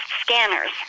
scanners